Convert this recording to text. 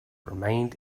remained